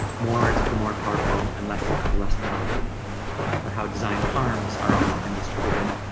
more to the more powerful and less the less powerful or how designed harms are often distributed,